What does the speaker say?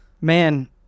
Man